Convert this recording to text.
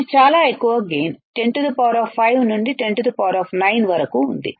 ఇది చాలా ఎక్కువ గైన్105 నుండి 109 వరకు ఉంది